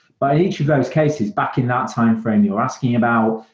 but each of those cases, back in that timeframe you're asking about,